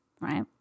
right